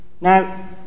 Now